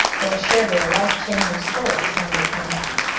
they will share their life changing stories when we come back,